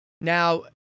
Now